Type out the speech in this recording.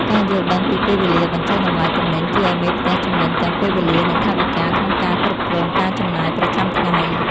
ការយល់ដឹងពីពេលវេលាបញ្ចុះតម្លៃទំនិញជួយឱ្យមេផ្ទះចំណេញទាំងពេលវេលា និងថវិកាក្នុងការគ្រប់គ្រងការចំណាយប្រចាំថ្ងៃ។